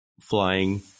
flying